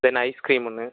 தென் ice cream ஒன்று